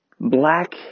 Black